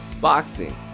boxing